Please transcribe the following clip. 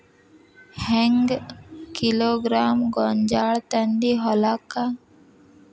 ಹೆಂಗ್ ಕಿಲೋಗ್ರಾಂ ಗೋಂಜಾಳ ತಂದಿ ಹೊಲಕ್ಕ?